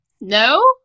No